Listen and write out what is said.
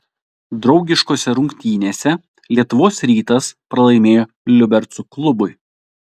draugiškose rungtynėse lietuvos rytas pralaimėjo liubercų klubui